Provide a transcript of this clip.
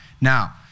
Now